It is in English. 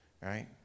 right